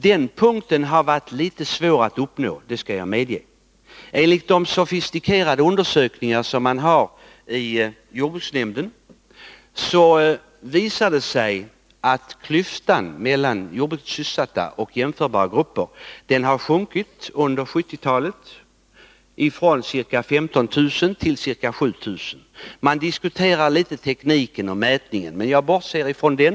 Och målet har varit svårt att uppnå — det medger jag. Vid en jämförelse mellan dem som är sysselsatta inom jordbruket och jämförbara grupper, framgår det av sofistikerade undersökningar, som gjorts av jordbruksnämnden, att klyftan under 1970-talet har minskat från ca 15 000 till ca 7 000. Mätningstekniken vid undersökningarna har diskuterats, men jag bortser från det.